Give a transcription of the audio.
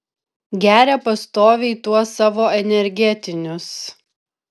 geria pastoviai tuos savo energetinius